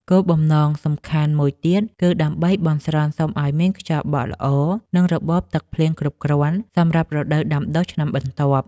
គោលបំណងសំខាន់មួយទៀតគឺដើម្បីបន់ស្រន់សុំឱ្យមានខ្យល់បក់ល្អ និងរបបទឹកភ្លៀងគ្រប់គ្រាន់សម្រាប់រដូវដាំដុះនាឆ្នាំបន្ទាប់។